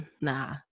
nah